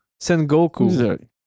sengoku